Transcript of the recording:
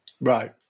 Right